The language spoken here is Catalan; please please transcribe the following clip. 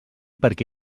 perquè